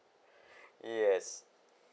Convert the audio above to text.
yes